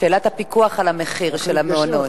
שאלת הפיקוח על המחיר של המעונות.